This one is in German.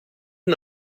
ein